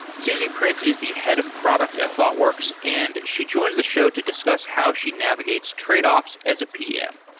suzie prince is the head of product at thoughtworks and she joins the show to discuss how she navigates tradeoffs as a pm.